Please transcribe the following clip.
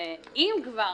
ואם כבר